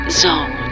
zone